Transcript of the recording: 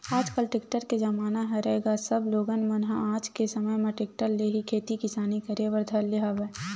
आजकल टेक्टर के जमाना हरय गा सब लोगन मन ह आज के समे म टेक्टर ले ही खेती किसानी करे बर धर ले हवय